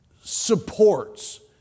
supports